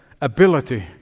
ability